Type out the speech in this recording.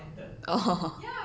oh